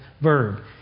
verb